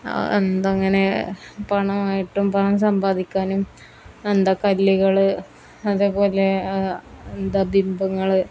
എന്താ അങ്ങനെ പണമായിട്ടും പണം സമ്പാദിക്കാനും എന്താ കല്ലുകൾ അതേ പോലെ എന്താ ബിംബങ്ങൾ